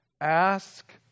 ask